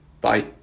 Bye